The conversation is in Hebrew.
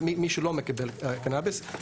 ומי שלא מקבל קנביס.